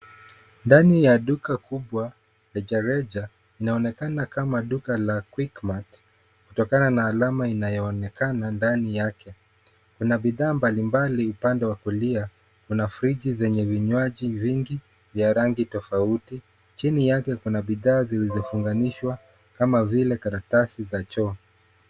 Ndani ya duka kubwa la rejareja linaonekana kama duka la Quick Mart kutokana na alama inayoonekana ndani yake. Kuna bidhaa mbalimbali upande wa kulia kuna friji zenye vinywaji vingi vya rangi tofauti. Chini yake kuna bidhaa zilizofunganisha kama vile karatasi za choo.